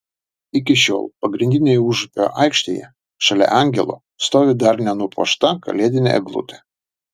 iki šiol pagrindinėje užupio aikštėje šalia angelo stovi dar nenupuošta kalėdinė eglutė